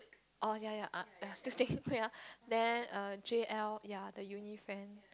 oh ya ya ah excuse me wait ah then err J_L ya the uni friend